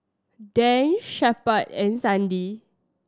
Dan Shepherd and Sandi